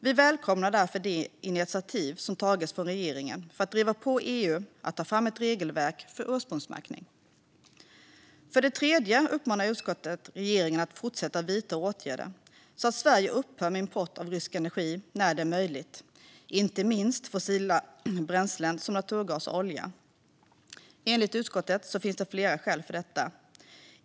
Vi välkomnar därför det initiativ som tagits från regeringen för att driva på EU att ta fram ett regelverk för ursprungsmärkning. För det tredje uppmanar utskottet regeringen att fortsätta att vidta åtgärder så att Sverige upphör med import av rysk energi när det är möjligt, inte minst fossila bränslen som naturgas och olja. Enligt utskottet finns det flera skäl för detta.